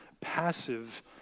passive